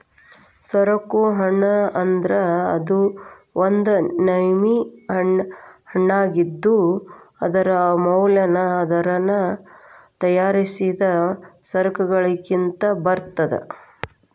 ಸರಕು ಹಣ ಅಂದ್ರ ಅದು ಒಂದ್ ನಮ್ನಿ ಹಣಾಅಗಿದ್ದು, ಅದರ ಮೌಲ್ಯನ ಅದನ್ನ ತಯಾರಿಸಿದ್ ಸರಕಗಳಿಂದ ಬರ್ತದ